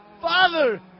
Father